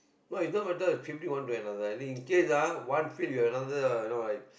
no it doesn't matter switching from one to another in case ah one fit with another you know like